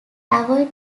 avoid